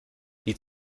die